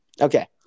Okay